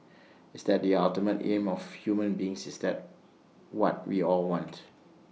is that the ultimate aim of human beings is that what we all want